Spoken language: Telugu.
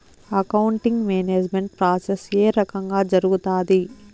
అకౌంటింగ్ మేనేజ్మెంట్ ప్రాసెస్ ఏ రకంగా జరుగుతాది